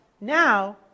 now